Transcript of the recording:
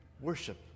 worship